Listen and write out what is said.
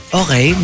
okay